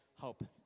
hope